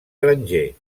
granger